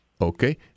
Okay